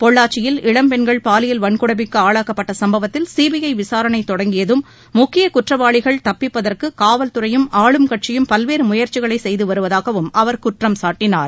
பொள்ளாச்சியில் இளம் பெண்கள் பாலியல் வன்கொடுமைக்கு ஆளாக்கப்பட்ட சம்பவத்தில் சிபிஐ விசாரணை தொடங்கியதும் முக்கிய குற்றவாளிகள் தப்பிப்பதற்கு காவல்துறையும் ஆளும் கட்சியும் பல்வேறு முயற்சிகளை செய்து வருவதாகவும் அவர் குற்றம் சாட்டினார்